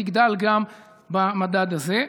תגדל גם במדד הזה.